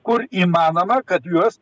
kur įmanoma kad juos